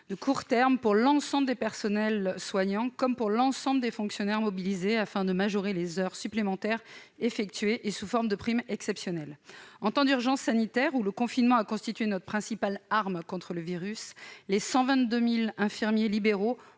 de court terme pour l'ensemble des personnels soignants comme pour l'ensemble des fonctionnaires mobilisés, afin de majorer les heures supplémentaires effectuées sous forme de prime exceptionnelle ». En temps d'urgence sanitaire, où le confinement a constitué notre principale arme contre le virus, les 122 000 infirmiers libéraux